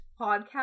podcast